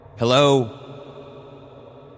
Hello